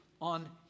on